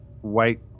white